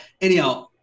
anyhow